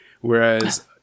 whereas